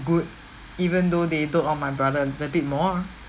good even though they dote on my brother a little bit more